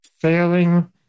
failing